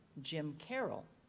jim carroll.